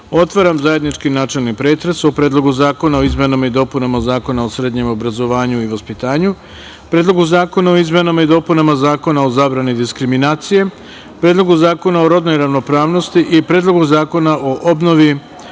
otvaram zajednički načelni pretres o: Predlogu zakona o izmenama i dopunama Zakona o srednjem obrazovanju i vaspitanju, Predlogu zakona o izmenama i dopunama Zakona o zabrani diskriminacije, Predlogu zakona o rodnoj ravnopravnosti i Predlogu zakona o obnovi